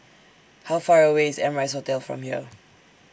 How Far away IS Amrise Hotel from here